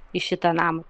į šitą namą